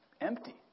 empty